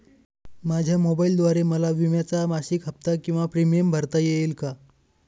माझ्या मोबाईलद्वारे मला विम्याचा मासिक हफ्ता किंवा प्रीमियम भरता येईल का?